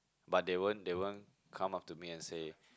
but they won't they won't come up to me and say